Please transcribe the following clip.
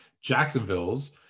Jacksonville's